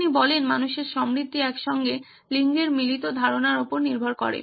তিনি বলেন মানুষের সমৃদ্ধি একসঙ্গে লিঙ্গের মিলিত ধারণার উপর নির্ভর করে